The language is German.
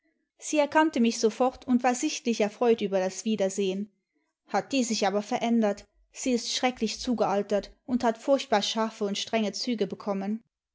sie erkannte nüch sofort und war sichtlich erfreut über das wiedersehen hat die sich aber verändert sie ist schrecklich zugealtert und hat furchtbar scharfe und strenge züge bekommen